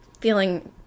Feeling